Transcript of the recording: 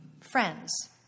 friends